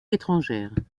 étrangères